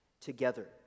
Together